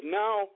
now